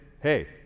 hey